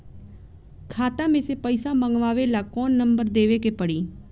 खाता मे से पईसा मँगवावे ला कौन नंबर देवे के पड़ी?